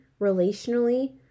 relationally